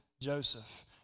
Joseph